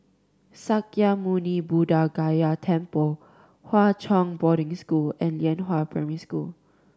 Sakya Muni Buddha Gaya Temple Hwa Chong Boarding School and Lianhua Primary School